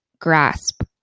grasp